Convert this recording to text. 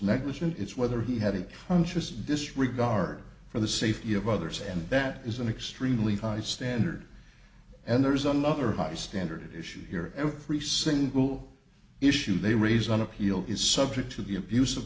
negligent it's whether he had it conscious disregard for the safety of others and that is an extremely high standard and there's another high standard issue here every single issue they raise on appeal is subject to the abuse of